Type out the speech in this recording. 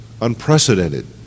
unprecedented